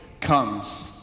Comes